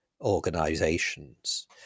organizations